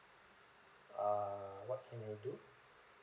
err what can I do